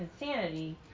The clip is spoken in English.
insanity